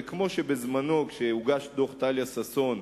וכמו שכשהוגש דוח טליה ששון,